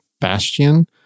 Bastian